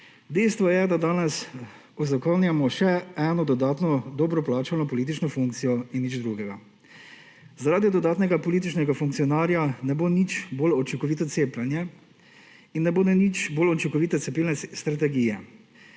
Dejstvo je, da danes uzakonjamo še eno dodatno dobro plačano politično funkcijo in nič drugega. Zaradi dodatnega političnega funkcionarja ne bo nič bolj učinkovito cepljenje in ne bodo nič bolj učinkovite cepilne strategije,